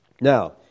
Now